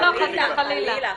חס וחלילה.